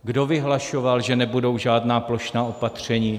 Kdo vyhlašoval, že nebudou žádná plošná opatření?